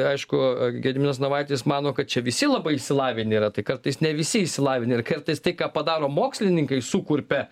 aišku gediminas navaitis mano kad čia visi labai išsilavinę yra tai kartais ne visi išsilavinę ir kartais tai ką padaro mokslininkai sukurpia